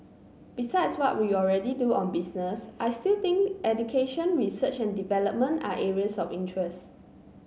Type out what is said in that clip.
besides what we already do on business I still think education research and development are areas of interest